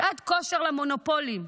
שעת כושר למונופולים.